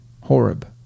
Horeb